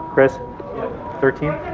chris thirteen?